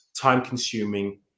time-consuming